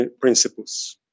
principles